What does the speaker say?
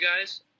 guys